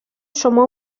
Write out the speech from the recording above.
شما